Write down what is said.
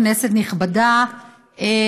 כנסת נכבדה,